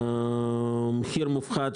מחיר מופחת,